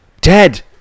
Dead